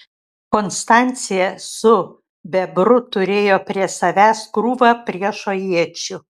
konstancija su bebru turėjo prie savęs krūvą priešo iečių